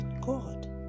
God